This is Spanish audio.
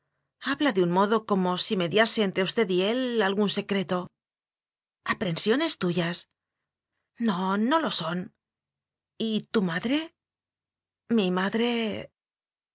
habla de un modo como si mediase entre usted y él algún secreto aprensiones tuyas no no lo son y tu madre mi madre